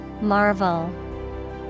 Marvel